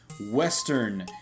Western